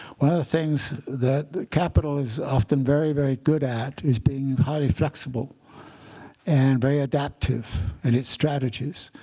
one of the things that capital is often very, very good at is being highly flexible and very adaptive in its strategies.